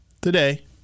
today